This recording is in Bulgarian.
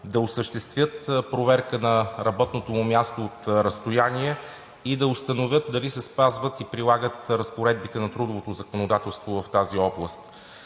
да осъществят проверка на работното му място от разстояние и да установят дали се спазват и прилагат разпоредбите на трудовото законодателство в тази област.